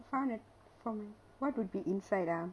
if I want to from what would be inside ah